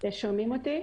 ככה זה.